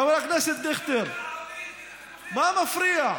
חבר הכנסת דיכטר, מה מפריע?